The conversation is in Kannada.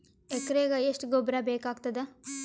ಎಕರೆಗ ಎಷ್ಟು ಗೊಬ್ಬರ ಬೇಕಾಗತಾದ?